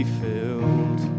filled